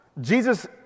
Jesus